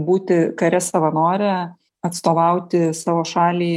būti kare savanore atstovauti savo šalį